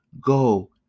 Go